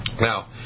Now